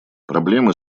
проблемы